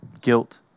guilt